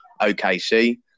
OKC